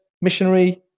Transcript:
missionary